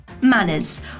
manners